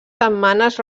setmanes